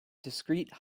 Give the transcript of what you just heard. discrete